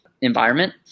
environment